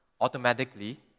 automatically